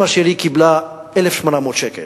אמא שלי קיבלה 1,800 שקל.